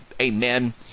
amen